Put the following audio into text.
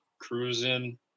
cruising